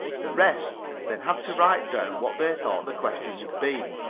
the rest then had to write down what they thought the question would be.